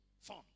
fun